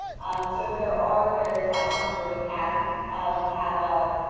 so there are various platforms where you can um have a,